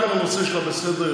רק על הנושא שעל סדר-היום,